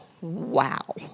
wow